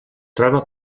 troba